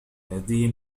هذه